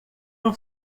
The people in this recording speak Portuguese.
não